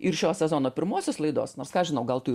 ir šio sezono pirmosios laidos nors ką aš žinau gal tu